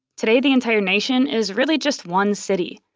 today, the entire nation is really just one city.